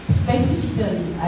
specifically